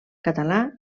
català